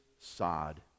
sod